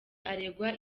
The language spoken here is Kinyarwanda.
aregwa